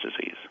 disease